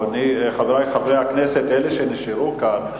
חברי חברי הכנסת, אלה שנשארו כאן,